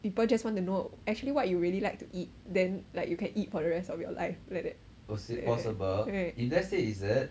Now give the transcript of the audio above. people just want to know actually what you really like to eat then like you can eat for the rest of your life like that